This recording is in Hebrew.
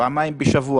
וזאת במשך 30 שנה.